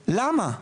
למה?